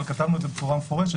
אבל כתבנו את זה בצורה מפורשת,